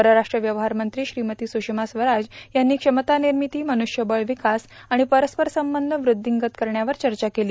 परराष्ट्र व्यवहार मंत्री श्रीमती सुषमा स्वराज यांनी क्षमता निर्मिती मनुष्यबळ विकास आणि परस्पर संबंध वृद्धिंगत करण्यावर चर्चा केली